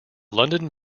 london